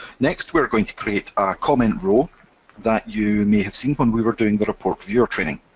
next we're going to create a comment row that you may have seen when we were doing the report viewer training.